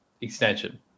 extension